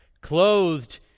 clothed